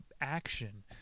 action